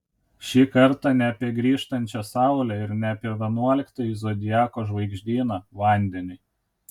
šį kartą ne apie grįžtančią saulę ir ne apie vienuoliktąjį zodiako žvaigždyną vandenį